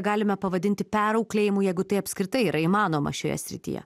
galime pavadinti perauklėjimu jeigu tai apskritai yra įmanoma šioje srityje